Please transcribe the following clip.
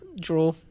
Draw